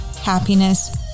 happiness